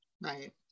Right